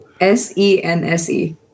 s-e-n-s-e